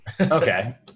Okay